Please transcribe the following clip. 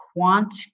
Quant